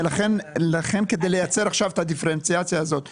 לכן כדי לייצר עכשיו דיפרנציאציה כזאת ולומר: